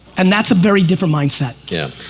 and that's a very different mindset. yeah,